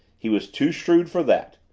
he was too shrewd for that.